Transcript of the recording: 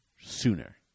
sooner